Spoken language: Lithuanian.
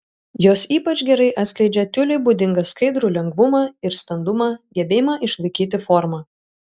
jos ypač gerai atskleidžia tiuliui būdingą skaidrų lengvumą ir standumą gebėjimą išlaikyti formą